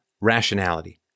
rationality